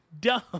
dumb